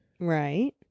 Right